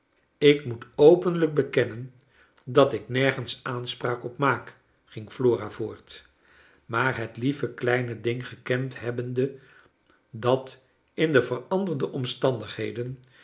ik moet openlijk bekennen dat ik nergens aanspraak op maak ging flora voort maar het lieve kleine ding gekend hebbende dat in de veranderde omstandigheden